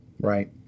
Right